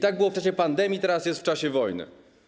Tak było w czasie pandemii, teraz jest w czasie wojny.